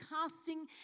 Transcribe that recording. casting